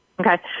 Okay